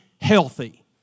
healthy